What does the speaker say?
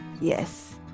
Yes